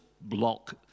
block